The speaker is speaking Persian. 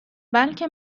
بلکه